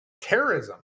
terrorism